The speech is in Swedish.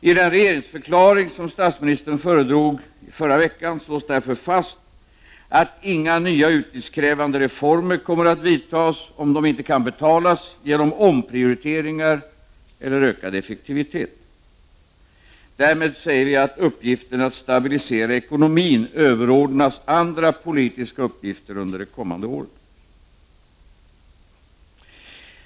I den regeringsförklaring som statsministern föredrog i förra veckan slås det därför fast att inga nya utgiftskrävande reformer kommer att vidtas, om de inte kan betalas genom omprioriteringar eller ökad effektivitet. Därmed överordnas uppgiften att stabilisera ekonomin andra politiska uppgifter under det kommande året.